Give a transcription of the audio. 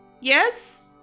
yes